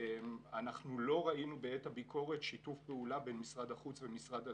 אנחנו לא ראינו בעת הביקורת שיתוף פעולה בין משרד החוץ למשרד התפוצות.